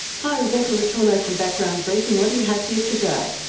hi, rebecca le tourneau from background briefing, what do you have here today?